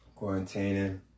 quarantining